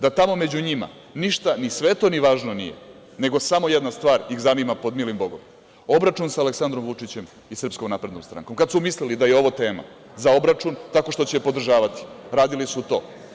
Da tamo, među njima ništa ni sveto, ni važno nije, nego samo jedna stvar ih zanima pod milim Bogom, obračun sa Aleksandrom Vučićem i SNS kad su mislili da je ovo tema za obračun, tako što će je podržavat, radili su to.